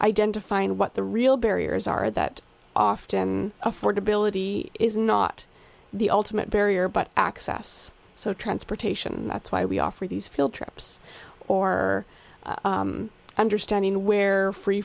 identifying what the real barriers are that often affordability is not the ultimate barrier but access so transportation that's why we offer these field trips or understanding where free